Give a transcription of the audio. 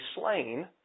slain